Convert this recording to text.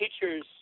Teachers